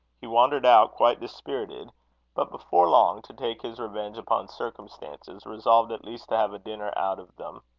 he wandered out, quite dispirited but, before long, to take his revenge upon circumstances, resolved at least to have a dinner out of them.